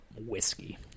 whiskey